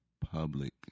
public